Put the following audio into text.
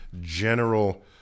general